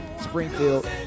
Springfield